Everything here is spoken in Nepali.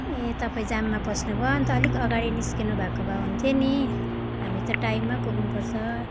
ए तपाईँ जाममा फस्नुभयो अन्त अलिक अगाडि निस्किनु भएको भए हुन्थ्यो नि हामी त टाइममा पुग्नुपर्छ